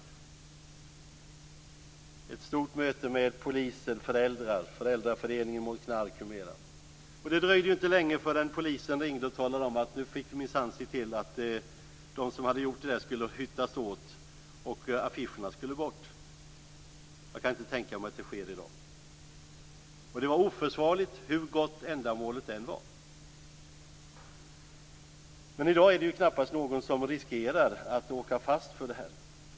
Det var ett stort möte med poliser, föräldrar, föräldraföreningen mot knark m.fl. Det dröjde inte länge förrän polisen ringde och sade att vi minsann fick se till att de som hade gjort det där skulle hutas åt och affischerna tas bort. Det var oförsvarligt, hur gott ändamålet än var. Jag kan inte tänka mig att det sker i dag. Det är knappast någon som riskerar att åka fast för det här i dag.